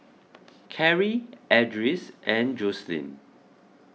Carrie Edris and Joselyn